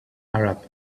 arab